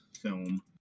film